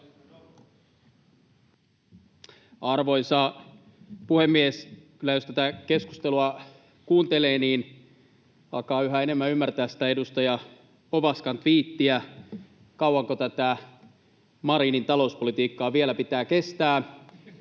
Arvoisa puhemies! Jos tätä keskustelua kuuntelee, niin alkaa kyllä yhä enemmän ymmärtää sitä edustaja Ovaskan tviittiä ”kauanko tätä Marinin talouspolitiikkaa vielä pitää kestää?”